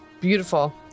Beautiful